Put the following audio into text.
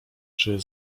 czy